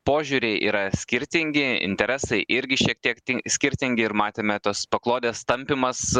požiūriai yra skirtingi interesai irgi šiek tiek skirtingi ir matėme tos paklodės tampymas